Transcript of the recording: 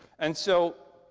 and so